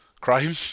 crime